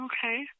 Okay